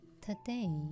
Today